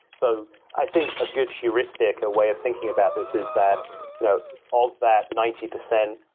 so i think a good heuristic, a way of thinking about this is that you know of that ninety percent,